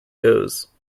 goes